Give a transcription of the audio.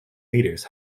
leaders